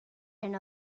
hyn